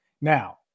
Now